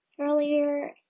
earlier